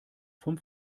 vom